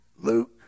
Luke